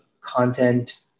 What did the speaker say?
content